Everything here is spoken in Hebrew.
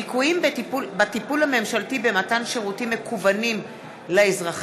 ליקויים בטיפול הממשלתי במתן שירותים מקוונים לאזרחים,